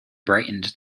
brightened